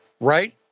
right